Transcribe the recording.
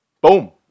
Boom